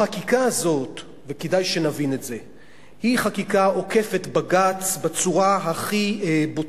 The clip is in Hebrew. החקיקה הזאת היא חקיקה עוקפת-בג"ץ בצורה הכי בוטה,